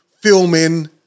filming